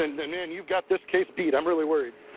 and then man, you've got this case beat. i'm really worried.